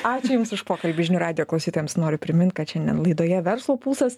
ačiū jums už pokalbį žinių radijo klausytojams noriu primint kad šiandien laidoje verslo pulsas